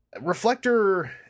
Reflector